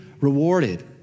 rewarded